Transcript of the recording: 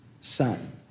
Son